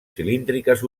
cilíndriques